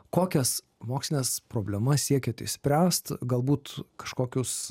kokias mokslines problemas siekiat išspręst galbūt kažkokius